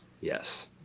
Yes